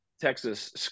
texas